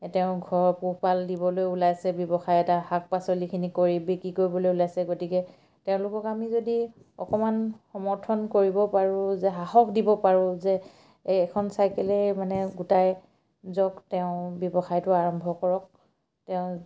তেওঁ ঘৰ পোহপাল দিবলৈ ওলাইছে ব্যৱসায় এটা শাক পাচলিখিনি কৰি বিক্ৰী কৰিবলৈ ওলাইছে গতিকে তেওঁলোকক আমি যদি অকমান সমৰ্থন কৰিব পাৰোঁ যে সাহস দিব পাৰোঁ যে এইখন চাইকেলে মানে গোটাই যক তেওঁ ব্যৱসায়টো আৰম্ভ কৰক তেওঁ